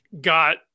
got